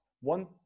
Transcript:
One